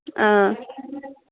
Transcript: ആ